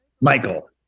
Michael